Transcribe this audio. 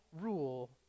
rule